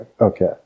okay